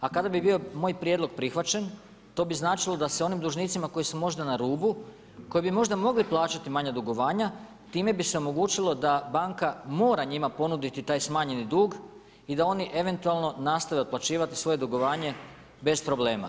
A kada bi bio moj prijedlog prihvaćen, to bi značilo da se onim dužnicima koji su možda na rubu, koji bi možda mogli plaćati manja dugovanja, time bi se omogućilo da banka mora njima ponuditi taj smanjeni dug i da oni eventualno nastave otplaćivati svoje dugovanje bez problema.